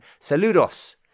Saludos